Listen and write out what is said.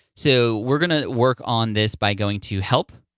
so we're gonna work on this by going to help.